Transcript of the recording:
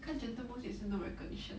看 gentle bones 也是 no recognition